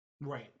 right